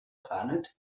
planet